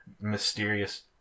mysterious